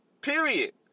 Period